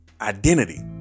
identity